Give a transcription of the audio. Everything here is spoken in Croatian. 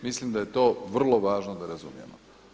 Mislim da je to vrlo važno da razumijemo.